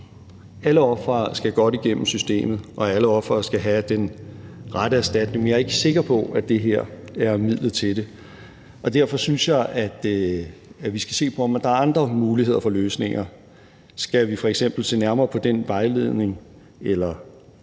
Alle ofre skal godt igennem systemet, og alle ofre skal have den rette erstatning. Men jeg er ikke sikker på, at det her er midlet til det. Derfor synes jeg, at vi skal se på, om der er andre muligheder for løsninger. Skal vi f.eks. se nærmere på den vejledning,